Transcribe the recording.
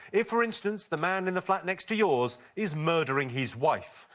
if for instance, the man in the flat next to yours is murdering his wife.